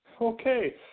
Okay